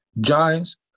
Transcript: Giants